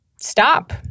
stop